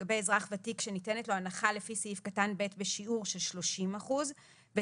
לגבי אזרח ותיק שניתנת לו הנחה לפי סעיף קטן (ב) בשיעור של 30% וטרם